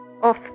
off